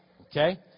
Okay